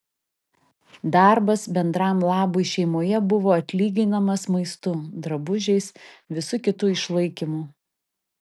darbas bendram labui šeimoje buvo atlyginamas maistu drabužiais visu kitu išlaikymu